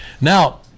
Now